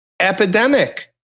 epidemic